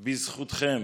בזכותכם,